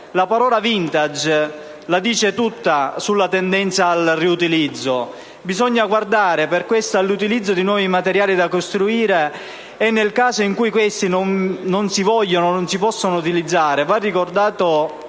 La parola «*vintage*» la dice tutta sulla tendenza al riutilizzo. Bisogna guardare, per questo, all'utilizzo di nuovi materiali da costruzione e nel caso in cui questi non si vogliano o non si possano utilizzare,